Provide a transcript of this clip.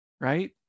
Right